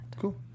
Cool